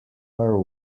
are